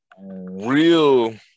real